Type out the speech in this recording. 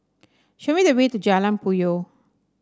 show me the way to Jalan Puyoh